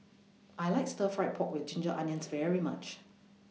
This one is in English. I like Stir Fry Pork with Ginger Onions very much